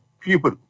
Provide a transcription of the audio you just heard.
people